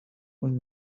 اون